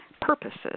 purposes